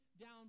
down